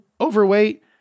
overweight